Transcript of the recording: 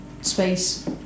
space